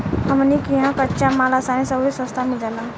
हमनी किहा कच्चा माल असानी से अउरी सस्ता मिल जाला